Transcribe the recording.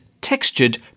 textured